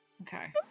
Okay